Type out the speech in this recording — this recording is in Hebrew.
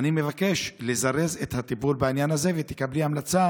ואני מבקש לזרז את הטיפול בעניין הזה ושתקבלי המלצה